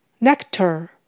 Nectar